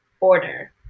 order